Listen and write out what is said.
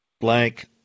blank